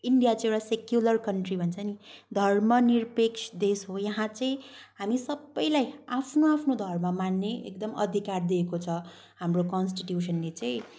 India चाहिँ एउटा secular country भन्छ नि धर्म निरपेक्ष देश हो यहाँ चाहिँ हामी सबैलाई आफ्नो आफ्नो धर्म मान्ने एकदम अधिकार दिएको छ हाम्रो कन्स्टिट्युसनले चाहिँ